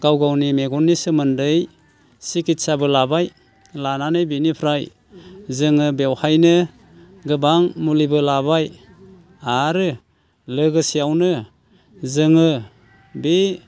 गाव गावनि मेगननि सोमोन्दै सिखिदसाबो लाबाय लानानै बिनिफ्राय जोङो बेवहायनो गोबां मुलिबो लाबाय आरो लोगोसेयावनो जोङो बे